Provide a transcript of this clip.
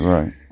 Right